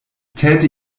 täte